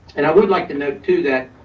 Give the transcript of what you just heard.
and i would like to note too, that